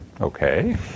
Okay